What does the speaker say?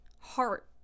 heart